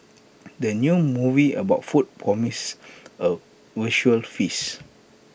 the new movie about food promises A visual feast